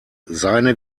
seine